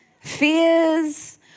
fears